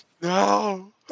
No